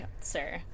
sir